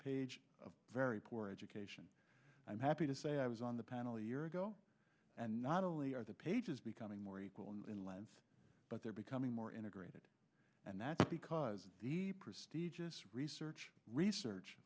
page of very poor education i'm happy to say i was on the panel a year ago and not only are the pages becoming more equal in length but they're becoming more integrated and that's because the prestigious research research